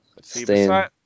Stay